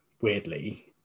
weirdly